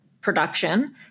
production